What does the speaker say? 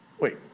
wait